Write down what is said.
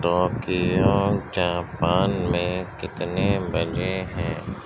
Tokyo Japan میں کتنے بجے ہیں